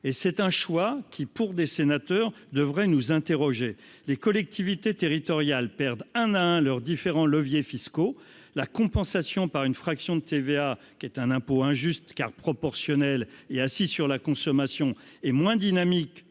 et c'est un choix qui, pour des sénateurs devrait nous interroger les collectivités territoriales perdent un à un leurs différents leviers fiscaux la compensation par une fraction de TVA, qui est un impôt injuste car proportionnelle est assis sur la consommation et moins dynamique